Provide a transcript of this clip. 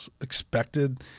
expected